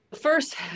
first